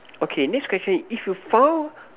okay next question if you found